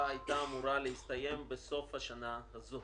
הייתה אמורה להסתיים בסוף השנה הזאת,